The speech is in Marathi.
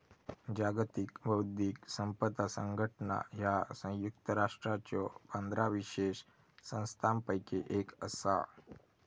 जागतिक बौद्धिक संपदा संघटना ह्या संयुक्त राष्ट्रांच्यो पंधरा विशेष संस्थांपैकी एक असा